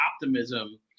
optimism